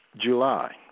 July